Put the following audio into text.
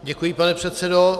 Děkuji, pane předsedo.